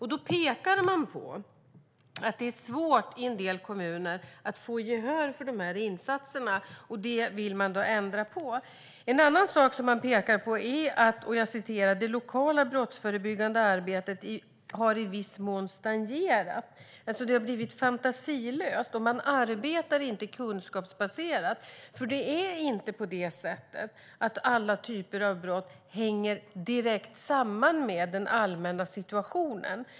Brå pekar på att det är svårt att få gehör för insatserna i en del kommuner. Det vill man ändra på. En annan sak som Brå pekar på är att det lokala brottsförebyggande arbetet i viss mån har stagnerat. Det har blivit fantasilöst. Man arbetar inte kunskapsbaserat. Alla typer av brott hänger inte direkt samman med den allmänna situationen.